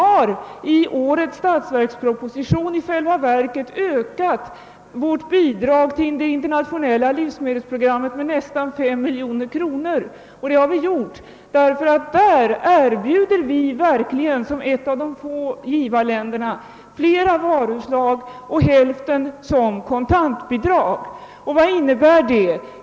I årets statsverksproposition har vi i själva verket ökat vårt bidrag till det internationella livsmedelsprogrammet med nästan fem miljoner kronor. Detta har vi gjort därför att vi där verkligen erbjuder, såsom ett av de få givarländerna, flera varuslag och hälften av bidraget som kontantbidrag. Vad innebär det?